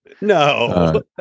No